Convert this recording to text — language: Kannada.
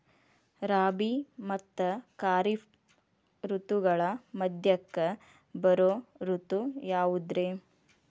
ರಾಬಿ ಮತ್ತ ಖಾರಿಫ್ ಋತುಗಳ ಮಧ್ಯಕ್ಕ ಬರೋ ಋತು ಯಾವುದ್ರೇ?